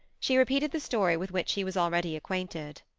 she repeated the story with which he was already acquainted.